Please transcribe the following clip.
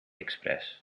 express